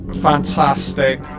fantastic